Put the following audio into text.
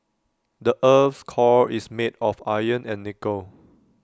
the Earth's core is made of iron and nickel